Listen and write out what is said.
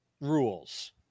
rules